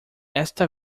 esta